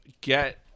get